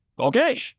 Okay